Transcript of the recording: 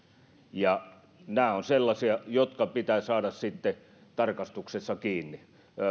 nämä ovat sellaisia jotka pitää saada sitten tarkastuksessa kiinni